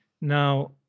Now